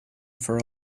for